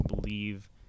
believe